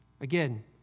again